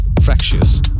Fractious